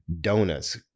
Donuts